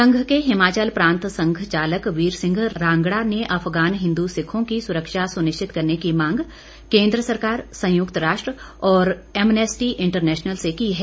संघ के हिमाचल प्रांत संघ चालक वीर सिंह रांगड़ा ने अफगान हिंदू सिखों की सुरक्षा सुनिश्चित करने की मांग केंद्र सरकार संयुक्त राष्ट्र और एमनेस्टी इंटरनैशनल से की है